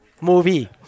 movie